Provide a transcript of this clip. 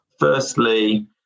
Firstly